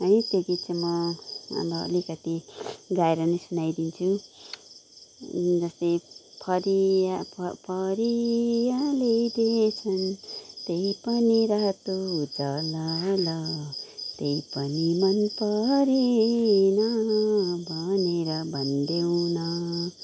है त्यो गीत चाहिँ म अब अलिकति गाएर पनि सुनाइदिन्छु जस्तै फरिया फरिया ल्याइदिए छन् त्यही पनि रातो झल ल त्यही पनि मन परेन भनेर भन्देऊ न